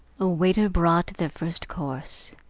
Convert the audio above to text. a waiter brought their first course,